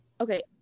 Okay